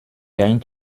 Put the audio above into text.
gagnes